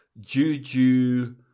Juju